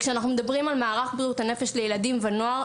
כשאנחנו מדברים על מערך בריאות הנפש לילדים ונוער,